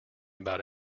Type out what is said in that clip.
about